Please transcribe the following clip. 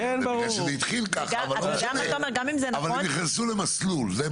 זה התחיל כך אבל הם נכנסו למסלול.